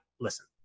listen